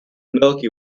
milky